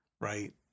right